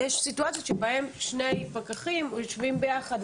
יש סיטואציות שבהם שני פקחים יושבים ביחד.